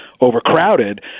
overcrowded